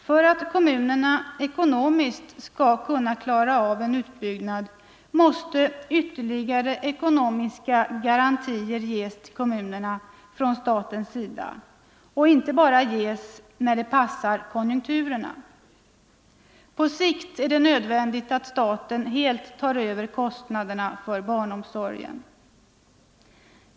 För att kommunerna ekonomiskt skall kunna klara en utbyggnad måste ytterligare ekonomiska garantier ges till kommunerna från statens sida och inte bara ges när det passar konjunkturerna. På sikt är det nödvändigt att staten helt tar över kostnaderna för barnomsorgen.